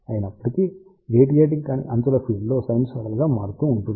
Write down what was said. అయినప్పటికీ రేడియేటింగ్ కాని అంచుల ఫీల్డ్ లో సైనూసోయిడల్ గా మారుతూ ఉంటుంది